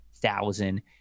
Thousand